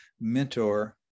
mentor